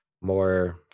more